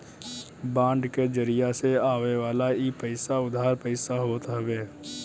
bond के जरिया से आवेवाला इ पईसा उधार पईसा होत हवे